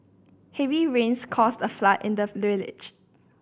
heavy rains caused a flood in the